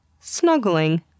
snuggling